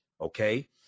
okay